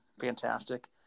Fantastic